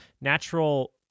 Natural